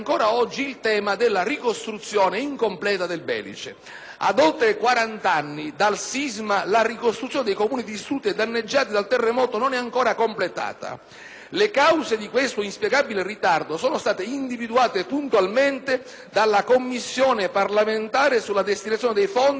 Ad oltre quarant'anni dal sisma, la ricostruzione dei Comuni distrutti e danneggiati dal terremoto non è stata ancora completata. Le cause di questo inspiegabile ritardo sono state individuate puntualmente dalla Commissione parlamentare sulla destinazione dei fondi per la ricostruzione del Belice, istituita nella XII legislatura,